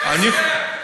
ומתן.